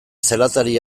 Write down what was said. zelatari